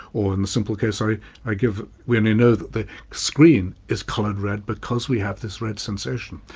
or in the simple case i i give, we only know that the screen is coloured red because we have this red sensation.